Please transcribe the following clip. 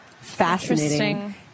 Fascinating